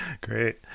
great